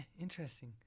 Interesting